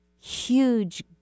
huge